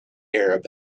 arab